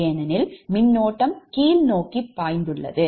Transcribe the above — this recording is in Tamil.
ஏனெனில் மின்னோட்டம் கீழ்நோக்கி உள்ளது